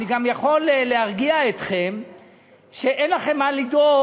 אני גם יכול להרגיע אתכם שאין לכם מה לדאוג,